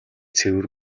цэвэр